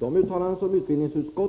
Herr talman! Jag kan naturligtvis inte svara